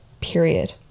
Period